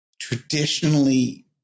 Traditionally